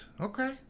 Okay